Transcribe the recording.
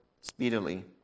speedily